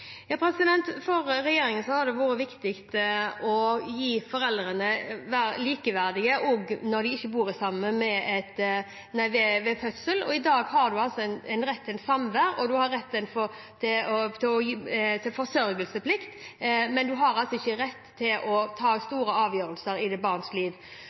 For regjeringen har det vært viktig å gi foreldrene likeverdighet også når de ikke bor sammen ved barnets fødsel. I dag har en rett til samvær, og en har forsørgelsesplikt, men en har altså ikke rett til å ta store avgjørelser i barnets liv. Når det gjelder innspillene som har